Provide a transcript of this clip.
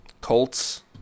Colts